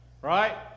right